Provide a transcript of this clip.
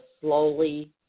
slowly